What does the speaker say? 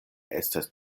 estas